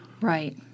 Right